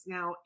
Now